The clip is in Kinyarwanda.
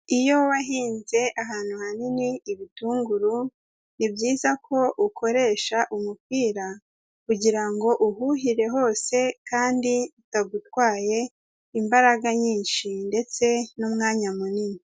Iyo wahinze ahantu hanini ibitunguru, ni byiza ko ukoresha umupira kugira ngo uhuhire hose kandi bitagutwaye imbaraga nyinshi ndetse n'umwanya munini.